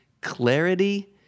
clarity